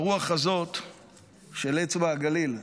הרוח הזאת של אצבע הגליל,